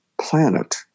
planet